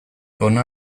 hona